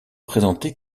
présenté